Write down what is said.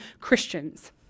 Christians